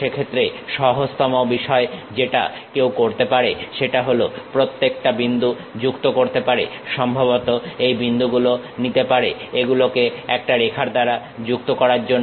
সেক্ষেত্রে সহজতম বিষয় যেটা কেউ করতে পারে সেটা হল প্রত্যেকটা বিন্দু যুক্ত করতে পারে সম্ভবত এই বিন্দুগুলো নিতে পারে এগুলোকে একটা রেখার দ্বারা যুক্ত করার জন্য